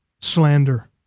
slander